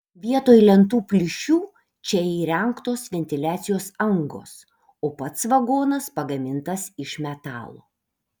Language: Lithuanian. vietoj lentų plyšių čia įrengtos ventiliacijos angos o pats vagonas pagamintas iš metalo